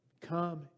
Come